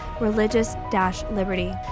religious-liberty